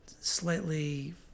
slightly